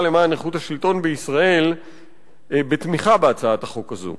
למען איכות השלטון בישראל בתמיכה בהצעת החוק הזאת.